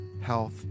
health